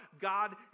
God